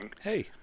hey